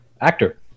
actor